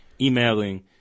emailing